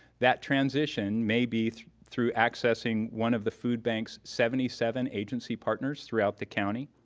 that transition may be through accessing one of the food bank's seventy seven agency partners throughout the county,